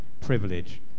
privilege